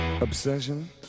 Obsession